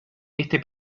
este